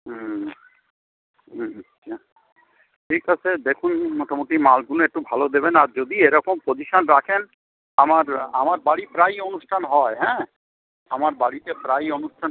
হুম আচ্ছা আচ্ছা ঠিক আছে দেখুন মোটামুটি মালগুনো একটু ভালো দেবেন আর যদি এরকম পজিশান রাখেন আমার আমার বাড়ি প্রায়ই অনুষ্ঠান হয় হ্যাঁ আমার বাড়িতে প্রায়ই অনুষ্ঠান